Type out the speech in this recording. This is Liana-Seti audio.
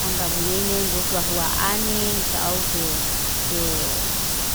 Amra bonainem boto huan anin, se ause se